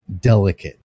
delicate